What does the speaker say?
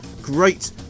great